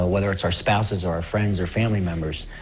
ah whether it's our spouses or friends or family members,